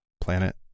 planet